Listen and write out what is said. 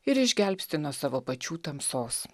ir išgelbsti nuo savo pačių tamsos